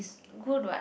good what